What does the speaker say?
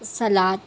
سلاد